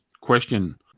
question